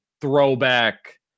throwback